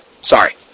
Sorry